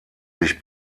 sich